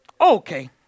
Okay